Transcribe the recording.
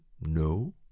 No